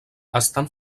estan